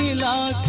la